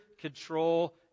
control